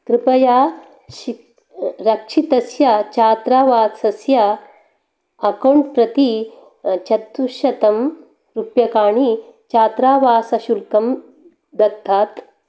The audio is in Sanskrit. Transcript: कृपया शि रक्षितस्य छात्रावासस्य अक्कौण्ट् प्रति चतुश्शतं रूप्यकाणि छात्रावासशुल्कं दत्तात्